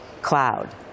cloud